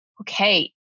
okay